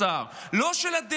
לא של הפקידים במשרד האוצר,